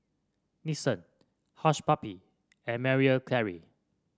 Nixon Hush Puppies and Marie Claire